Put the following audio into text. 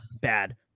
bad